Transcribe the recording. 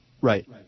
Right